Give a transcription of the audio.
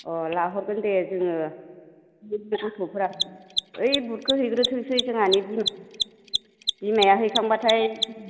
अ लाहरगोन दे जोङो बे गथ'फोरानो ओइ बुदखौ हैग्रोथोंसै जोंहानि बिमा बिमाया हैखांबाथाय